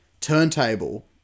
turntable